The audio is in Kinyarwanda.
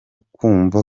kumva